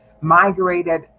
migrated